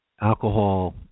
alcohol